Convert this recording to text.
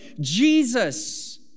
Jesus